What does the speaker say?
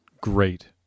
great